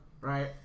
Right